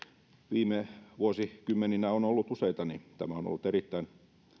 viime vuosikymmeninä on ollut useita tämä on ollut erittäin